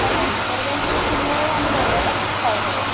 ଆଉ ପନିପରିବା କି ଫୁଲ ଆମେ ଭଲରେ ପାଇପାରିବା